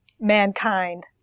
mankind